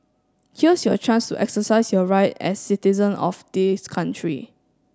here's your chance to exercise your right as citizen of this country